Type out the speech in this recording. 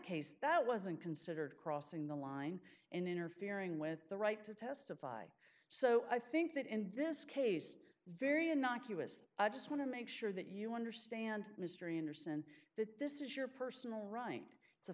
case that wasn't considered crossing the line in interfering with the right to testify so i think that in this case very innocuous i just want to make sure that you understand history and are certain that this is your personal right it's a